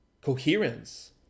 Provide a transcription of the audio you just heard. Coherence